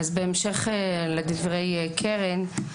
אז בהמשך לדבריה של קרן,